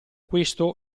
questo